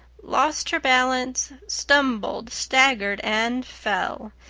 lost her balance, stumbled, staggered, and fell,